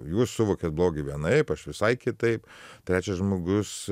jūs suvokiat blogį vienaip aš visai kitaip trečias žmogus